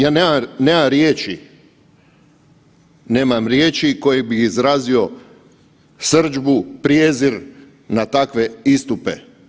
Ja nemam riječi, nemam riječi kojim bih izrazio srdžbu, prijezir na takve istupe.